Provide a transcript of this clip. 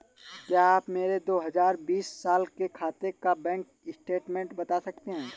क्या आप मेरे दो हजार बीस साल के खाते का बैंक स्टेटमेंट बता सकते हैं?